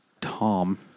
Tom